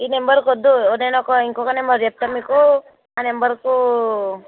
ఈ నెంబర్కువద్దు నేను ఒక ఇంకొక నెంబర్ చెప్తాను మీకు ఆ నెంబర్కు